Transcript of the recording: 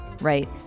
right